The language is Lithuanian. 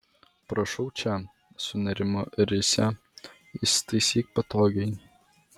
prašau čia sunerimo risia įsitaisyk patogiai